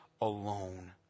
alone